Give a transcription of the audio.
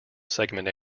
segment